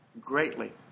Greatly